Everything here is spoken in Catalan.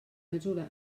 mesura